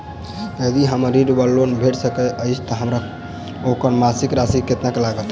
यदि हमरा ऋण वा लोन भेट सकैत अछि तऽ हमरा ओकर मासिक राशि कत्तेक लागत?